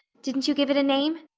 didn't you give it a name?